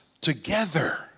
together